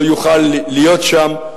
לא יוכל להיות שם,